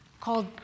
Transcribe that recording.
called